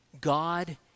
God